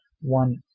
one